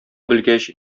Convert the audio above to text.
белгәч